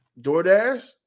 DoorDash